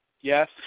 Yes